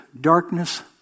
darkness